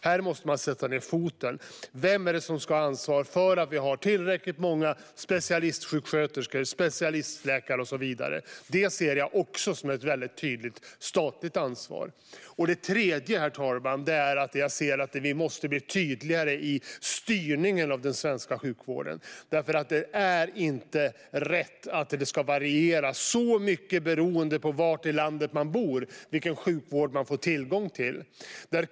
Här måste man sätta ned foten - vem är det som ska ha ansvar för att vi har tillräckligt många specialistsjuksköterskor, specialistläkare och så vidare? Det ser jag också som ett väldigt tydligt statligt ansvar. Det tredje området jag ser, herr talman, är att vi måste bli tydligare i styrningen av den svenska sjukvården. Det är nämligen inte rätt att det beroende på var i landet man bor ska variera så mycket när det gäller vilken sjukvård man får tillgång till.